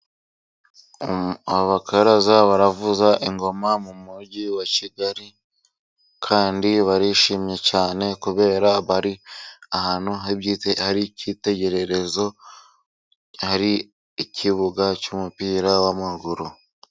Abakaraza baravuza ingoma mu mujyi wa Kigali. Kandi barishimye cyane kubera bari ahantu hari icyitegererezo. Hari ikibuga cy'umupira w'amaguru.